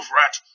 rat